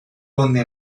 donde